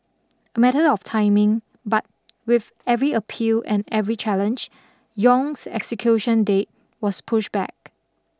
a matter of timing but with every appeal and every challenge Yong's execution date was pushed back